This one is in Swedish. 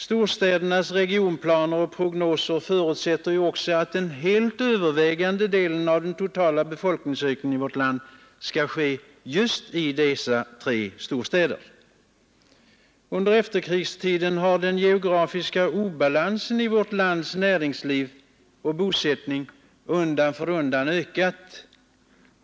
Storstädernas regionplaner och prognoser förutsätter också att den helt övervägande delen av den totala befolkningsökningen skall ske just i dessa tre storstäder. Under efterkrigstiden har den geografiska obalansen i vårt lands näringsliv och bosättning undan för undan ökat.